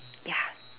ya